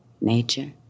nature